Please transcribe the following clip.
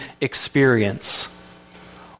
experience